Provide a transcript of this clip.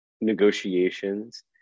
negotiations